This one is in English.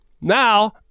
Now